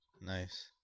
Nice